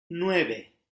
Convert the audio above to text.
nueve